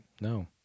No